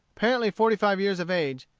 apparently forty-five years of age,